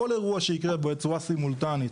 כל אירוע שיקרה בצורה סימולטנית